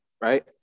Right